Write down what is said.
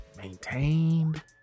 maintained